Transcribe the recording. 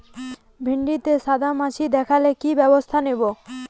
ভিন্ডিতে সাদা মাছি দেখালে কি ব্যবস্থা নেবো?